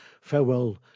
Farewell